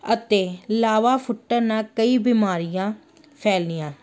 ਅਤੇ ਲਾਵਾ ਫੁੱਟਣ ਨਾਲ ਕਈ ਬਿਮਾਰੀਆਂ ਫੈਲੀਆਂ